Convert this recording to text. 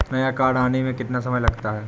नया कार्ड आने में कितना समय लगता है?